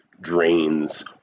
drains